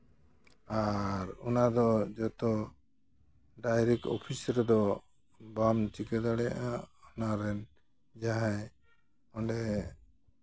ᱟᱨ ᱚᱱᱟ ᱫᱚ ᱡᱚᱛᱚ ᱰᱟᱭᱨᱮᱴ ᱚᱯᱷᱤᱥ ᱨᱮᱫᱚ ᱵᱟᱢ ᱪᱤᱠᱟᱹ ᱫᱟᱲᱮᱭᱟᱜᱼᱟ ᱚᱱᱟ ᱨᱮᱱ ᱡᱟᱦᱟᱸᱭ ᱚᱸᱰᱮ